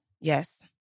Yes